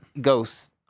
ghosts